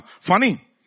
funny